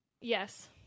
yes